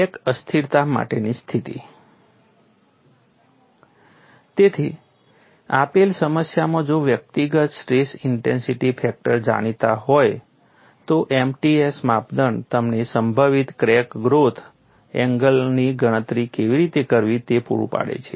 crack અસ્થિરતા માટેની સ્થિતિ તેથી આપેલ સમસ્યામાં જો વ્યક્તિગત સ્ટ્રેસ ઇન્ટેન્સિટી ફેક્ટર્સ જાણીતા હોય તો MTS માપદંડ તમને સંભવિત ક્રેક ગ્રોથ એંગલની ગણતરી કેવી રીતે કરવી તે પૂરું પાડે છે